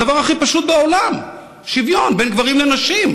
הדבר הכי פשוט בעולם: שוויון בין גברים לנשים.